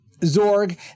Zorg